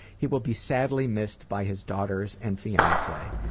he will be sadly missed by his daughters and fiancee.